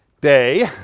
day